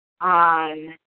on